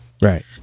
Right